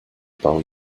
bau